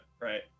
right